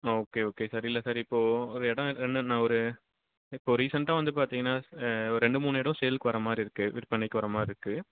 ஆ okay okay sir இல்லை sir இப்போ ஒரு இடம் நான் ஒரு இப்போ ரீசெண்ட்டாக வந்து பார்த்தீங்கன்னா ஓரு ரெண்டு மூணு இடம் சேலுக்கு வர்றமாதிரி இருக்கு விற்பனைக்கு வர்ற மாதிரி இருக்கு